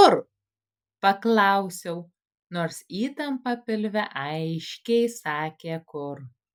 kur paklausiau nors įtampa pilve aiškiai sakė kur